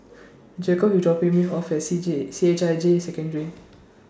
Jakobe IS dropping Me off At C J C H I J Secondary